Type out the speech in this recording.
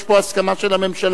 יש פה הסכמה של הממשלה.